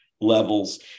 levels